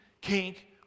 kink